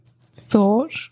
thought